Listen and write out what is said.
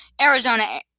Arizona